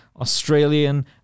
australian